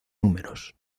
números